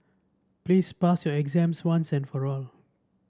please pass your exams once and for all